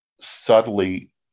subtly